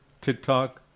TikTok